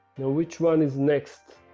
now which one is next